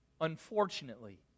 Unfortunately